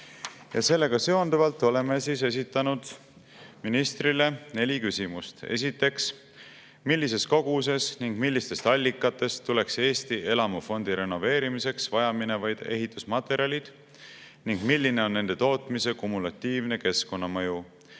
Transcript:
Sellega seonduvalt oleme esitanud ministrile neli küsimust. Esiteks, millises koguses ning millistest allikatest tuleks Eesti elamufondi renoveerimiseks vajaminevad ehitusmaterjalid ning milline on nende tootmise kumulatiivne keskkonnamõju?